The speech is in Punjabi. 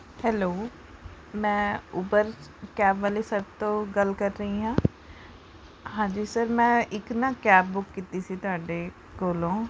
ਹੈਲੋ ਮੈਂ ਉਬਰ ਕੈਬ ਵਾਲੇ ਸਰ ਤੋਂ ਗੱਲ ਕਰ ਰਹੀ ਹਾਂ ਹਾਂਜੀ ਸਰ ਮੈਂ ਇੱਕ ਨਾ ਕੈਬ ਬੁੱਕ ਕੀਤੀ ਸੀ ਤੁਹਾਡੇ ਕੋਲੋਂ